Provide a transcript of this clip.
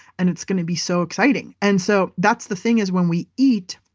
and it's going to be so exciting. and so that's the thing is when we eat,